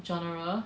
genre